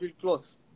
close